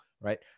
Right